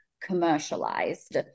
commercialized